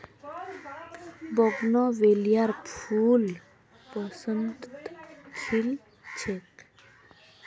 बोगनवेलियार फूल बसंतत खिल छेक